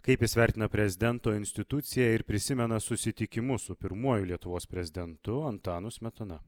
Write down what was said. kaip jis vertina prezidento instituciją ir prisimena susitikimus su pirmuoju lietuvos prezidentu antanu smetona